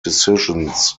decisions